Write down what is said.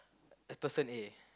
a person A